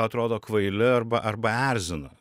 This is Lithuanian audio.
atrodo kvaili arba arba erzina